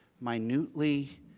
minutely